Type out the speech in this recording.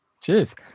Cheers